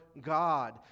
God